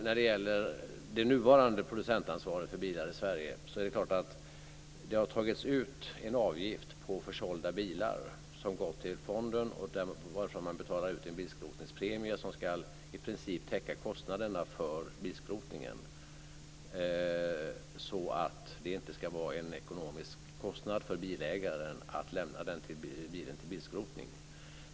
När det gäller det nuvarande producentansvaret för bilar i Sverige har det tagits ut en avgift på försålda bilar som gått till fonden, varifrån man betalar ut en bilskrotningspremie som i princip ska täcka kostnaderna för bilskrotningen, så att det inte ska vara en ekonomisk kostnad för bilägaren att lämna bilen till bilskrotning.